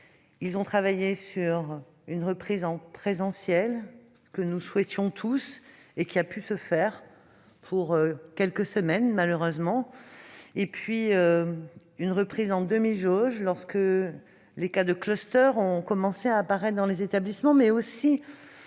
Ils ont travaillé sur une reprise en présentiel, que nous souhaitions tous ; elle a pu se faire, pour quelques semaines seulement malheureusement, puis elle a été en demi-jauge lorsque les cas de clusters ont commencé à apparaître dans les établissements, mais aussi